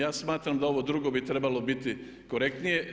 Ja smatram da ovo drugo bi trebalo biti korektnije.